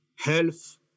health